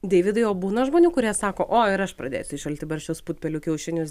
deividai o būna žmonių kurie sako o ir aš pradėsiu į šaltibarščius putpelių kiaušinius